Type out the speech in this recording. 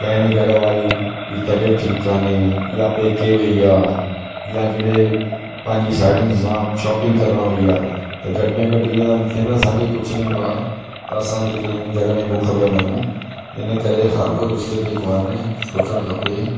कंहिं ॾीहं घरवारी जी तबियतु ठीकु कोन्हे या पेके वई आहे या किथे पंहिंजी साहेड़ियुनि सां शॉपिंग करण वई आहे त घटि में घटि ईअं त न थिए न असांखे कुझु न ईंदो आहे असां जेके हिन घर में बुख पिया मरूं इन करे हर पुरूष खे जेको आहे न सोचणु खपे